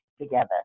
together